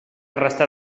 restar